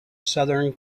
southern